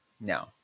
no